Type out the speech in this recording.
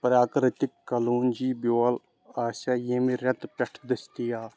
پرٛاکرٛتِک کلونٛجی بیٛوٚل آسیٚا ییٚمہِ رٮ۪تہٕ پٮ۪ٹھ دٔستِیاب